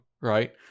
right